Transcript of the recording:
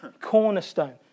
cornerstone